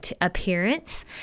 appearance